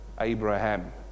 Abraham